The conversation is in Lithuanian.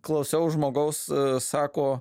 klausiau žmogaus sako